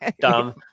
Dumb